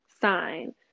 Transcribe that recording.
sign